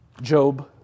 Job